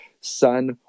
son